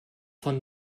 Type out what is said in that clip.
von